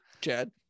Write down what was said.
Chad